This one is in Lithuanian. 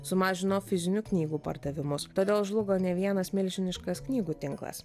sumažino fizinių knygų pardavimus todėl žlugo ne vienas milžiniškas knygų tinklas